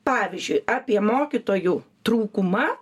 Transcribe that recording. pavyzdžiui apie mokytojų trūkumą